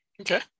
Okay